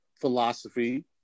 philosophy